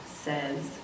Says